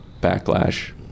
backlash